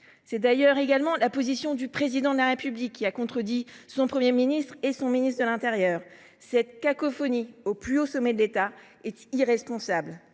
C’est d’ailleurs la position du Président de la République lui même, lequel a contredit son Premier ministre et son ministre de l’intérieur. Cette cacophonie au sommet de l’État est irresponsable.